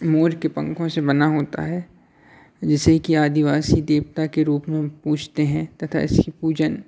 मोर के पंखों से बना होता है जिसे कि आदिवासी देवता के रूप में पूजते हैं तथा इसकी पूजन